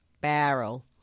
Barrel